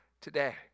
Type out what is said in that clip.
today